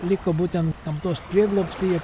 liko būtent gamtos prieglobstyje